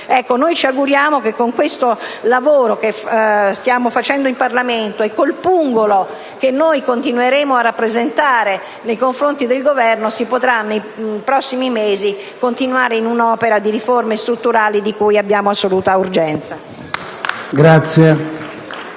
Ci auguriamo che con il lavoro che stiamo facendo in Parlamento e con il pungolo che noi continueremo a rappresentare nei confronti del Governo, nei prossimi mesi si potrà continuare nell'opera di riforme strutturali di cui abbiamo assoluta urgenza.